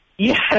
Yes